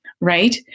right